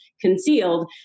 concealed